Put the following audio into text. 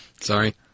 Sorry